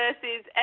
versus